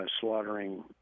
slaughtering